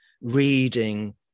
reading